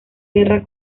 guerra